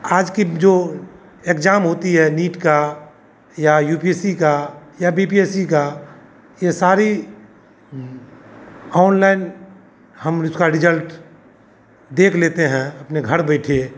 आज की जो एग्जाम जोती है नीट का या यू पी एस सी का या बी पी एस सी का ये सारी ओनलाइन हम उसका रिजल्ट देख लेते हैं अपने घर बैठे